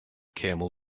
camel